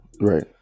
Right